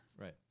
Right